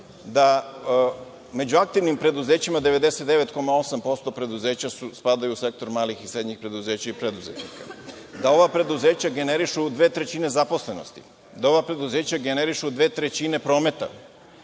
da među aktivnim preduzećima 99,8% preduzeća spadaju u sektor malih i srednjih preduzeća i preduzetnika, da ova preduzeća generišu dve trećine zaposlenosti, da ova preduzeća generišu dve trećine prometa